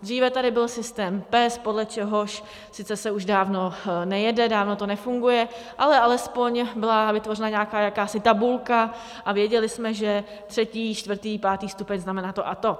Dříve tady byl systém PES, podle čehož sice se už dávno nejede, dávno to nefunguje, ale alespoň byla vytvořena jakási tabulka a věděli jsme, že třetí, čtvrtý, pátý stupeň znamená to a to.